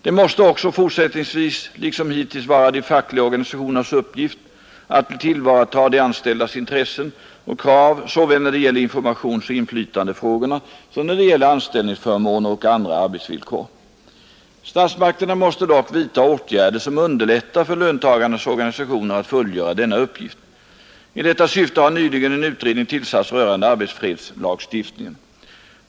Det måste också fortsättningsvis liksom hittills vara de fackliga organisationernas uppgift att tillvarata de anställdas intressen och krav såväl när det gäller informationsoch inflytandefrågor som när det gäller anställningsförmåner och andra arbetsvillkor. Statsmakterna måste dock vidta åtgärder som underlättar för löntagarnas organisationer att fullgöra denna uppgift. I detta syfte har nyligen en utredning tillsatts rörande arbetsfredslagstiftningen.